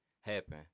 happen